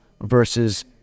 versus